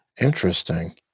Interesting